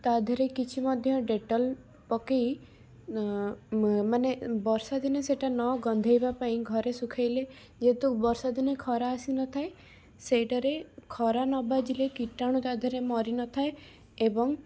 ତା ଦେହରେ କିଛି ମଧ୍ୟ ଡେଟଲ ପକାଇ ମାନେ ବର୍ଷା ଦିନେ ସେଇଟା ନ ଗନ୍ଧେଇବା ପାଇଁ ଘରେ ଶୁଖାଇଲେ ଯେହେତୁ ବର୍ଷା ଦିନେ ଖରା ଆସି ନଥାଏ ସେଇଟାରେ ଖରା ନ ବାଜିଲେ କୀଟାଣୁ ତା ଦେହେରେ ମରି ନ ଥାଏ ଏବଂ